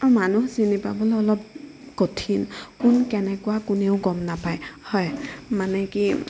আৰু মানুহ চিনি পাবলৈ অলপ কঠিন কোন কেনেকুৱা কোনেও গম নাপায় হয় মানে কি